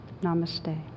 Namaste